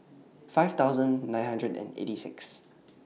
five thousand nine hundred and eighty six